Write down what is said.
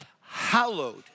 hallowed